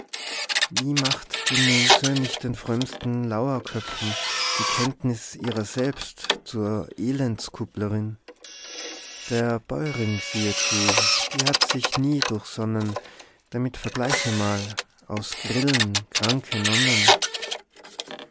wie macht die muße nicht den frömmsten sauerköpfen die kenntnis ihrer selbst zur elendskupplerin der baürinn siehe zu die hat sich nie durchsonnen damit vergleiche man aus grillen kranke nonnen